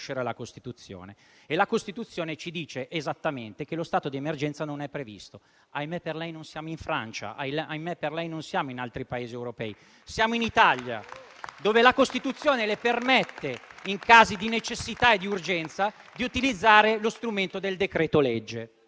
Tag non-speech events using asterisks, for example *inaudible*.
la Costituzione ci dice esattamente che lo stato di emergenza non è previsto; ahimè per lei non siamo in Francia, ahimè per lei non siamo in altri Paesi europei, ma siamo in Italia, *applause* dove la Costituzione le permette, in casi di necessità e di urgenza, di utilizzare lo strumento del decreto-legge.